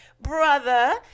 brother